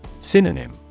Synonym